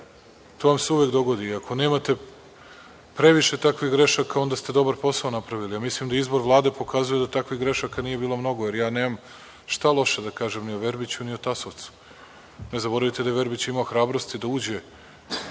To vam se uvek dogodi. Ako nemate previše takvih grešaka, onda ste dobar posao napravili, a mislim da izbor Vlade pokazuje da takvih grešaka nije bilo mnogo, jer ja nemam šta loše da kažem ni o Verbiću, ni o Tasovcu. Ne zaboravite da je Verbić imao hrabrosti da uđe